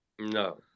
no